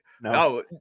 No